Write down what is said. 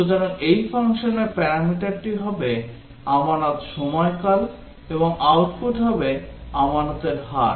সুতরাং এই ফাংশনের প্যারামিটারটি হবে আমানত সময়কাল এবং আউটপুট হবে আমানতের হার